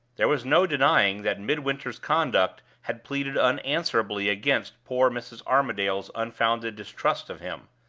there was no denying that midwinter's conduct had pleaded unanswerably against poor mrs. armadale's unfounded distrust of him.